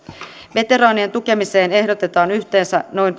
veteraanien tukemiseen ehdotetaan yhteensä noin